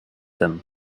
them